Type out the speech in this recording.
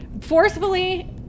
forcefully